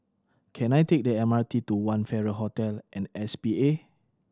can I take the M R T to One Farrer Hotel and S P A